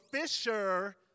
fisher